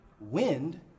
wind